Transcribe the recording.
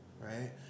right